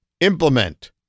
Implement